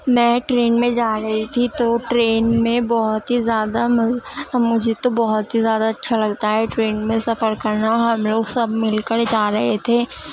میں ٹرین میں جا رہی تھی تو ٹرین میں بہت ہی زیادہ مجھے تو بہت ہی زیادہ اچھا لگتا ہے ٹرین میں سفر کرنا ہم لوگ سب مل کر جا رہے تھے